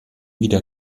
wieder